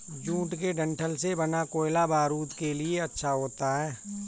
jute के डंठल से बना कोयला बारूद के लिए अच्छा होता है